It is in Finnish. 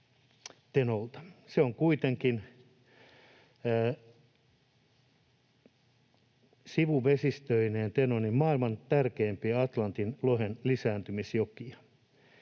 Se on kuitenkin sivuvesistöineen maailman tärkeimpiä Atlantin lohen lisääntymisjokia.